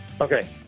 Okay